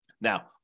Now